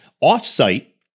off-site